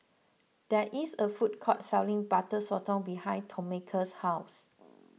there is a food court selling Butter Sotong behind Tomeka's house